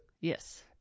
yes